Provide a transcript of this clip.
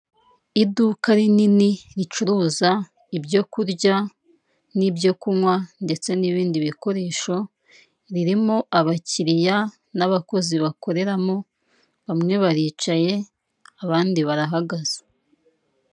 Iduka rinini ricuruza ibyoku kurya n'ibyo kunywa ndetse n'ibindi bikoresho, ririmo abakiriya n'abakozi bakoreramo, bamwe baricaye abandi barahagaze.